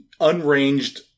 unranged